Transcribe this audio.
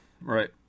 right